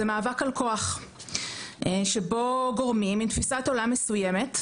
זה מאבק על הכוח שבו גורמים עם תפישת עולם מסוימת,